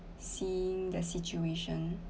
seeing the situation